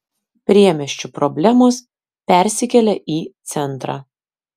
priemiesčių problemos persikelia į centrą